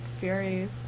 Furies